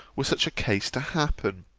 were such a case to happen